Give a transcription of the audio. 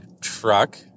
truck